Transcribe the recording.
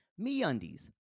MeUndies